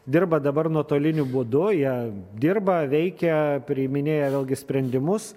dirba dabar nuotoliniu būdu jie dirba veikia priiminėja vėlgi sprendimus